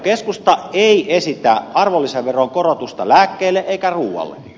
keskusta ei esitä arvonlisäveron korotusta lääkkeille eikä ruualle